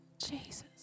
Jesus